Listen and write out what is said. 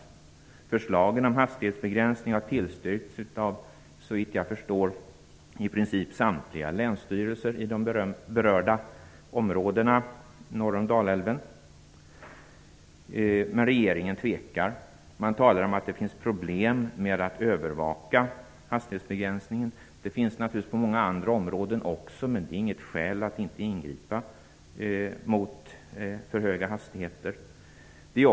Såvitt jag förstår har förslagen om hastighetsbegränsning tillstyrkts av i princip samtliga länsstyrelser i de berörda områdena norr om Dalälven. Regeringen tvekar. Man talar om att det finns problem med att övervaka hastighetsbegränsningen. Det finns det naturligtvis också på många andra områden, men det är inget skäl för att inte ingripa mot för höga hastigheter.